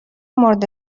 مورد